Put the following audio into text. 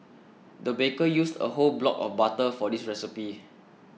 the baker used a whole block of butter for this recipe